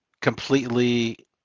completely